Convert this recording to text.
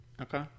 Okay